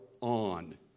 on